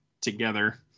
together